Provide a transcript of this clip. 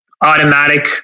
Automatic